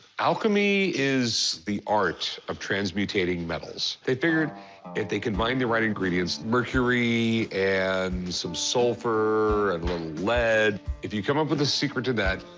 alchemy is the art of transmutating metals. they figured if they combine the right ingredients, mercury and some sulfur and lead if you come up with the secret to that,